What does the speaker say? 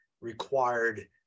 required